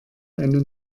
eine